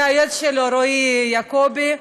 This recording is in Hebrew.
והיועץ שלו, רועי יעקובי.